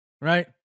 right